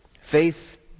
Faith